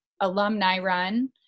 alumni-run